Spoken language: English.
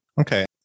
Okay